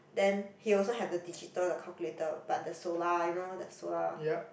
then he also have the digital the calculator but the solar you know the solar